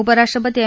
उपराष्ट्रपती एम